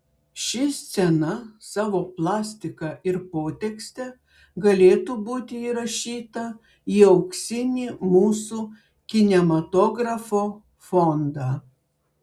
ši scena savo plastika ir potekste galėtų būti įrašyta į auksinį mūsų kinematografo fondą